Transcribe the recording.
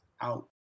Out